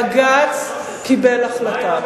בג"ץ קיבל החלטה.